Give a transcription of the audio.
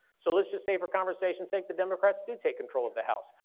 so let's just say for conversations sake the democrats do take control of the house,